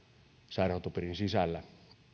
sairaanhoitopiirin sisällä